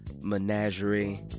Menagerie